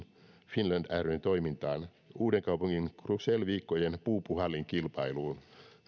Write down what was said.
finland ryn toimintaan uudenkaupungin crusell viikkojen puupuhallinkilpailuun